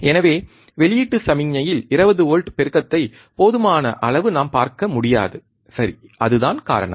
எனவே வெளியீட்டு சமிக்ஞையில் 20 வோல்ட் பெருக்கத்தை போதுமான அளவு நாம் பார்க்க முடியாது சரி அதுதான் காரணம்